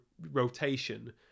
rotation